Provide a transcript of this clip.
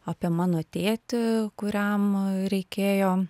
apie mano tėtį kuriam reikėjo